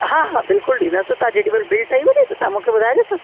हा हा बिल्कुलु ॾींदासीं तव्हां जेॾीं महिल बिल ठही वञे त तव्हां मूंखे ॿुधाइजो त